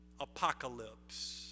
apocalypse